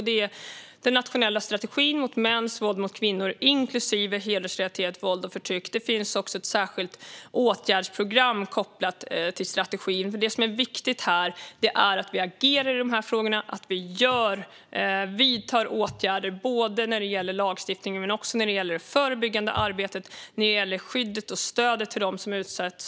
Det är den nationella strategin mot mäns våld mot kvinnor inklusive hedersrelaterat våld och förtryck. Det finns också ett särskilt åtgärdsprogram kopplat till strategin. Det som är viktigt här är att vi agerar i de här frågorna och att vi vidtar åtgärder både när det gäller lagstiftning och när det gäller det förebyggande arbetet och skyddet och stödet för dem som utsätts.